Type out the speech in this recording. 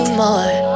more